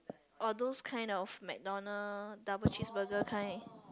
or those kind of McDonald double cheese burger kind